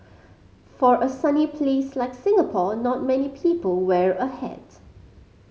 for a sunny place like Singapore not many people wear a hat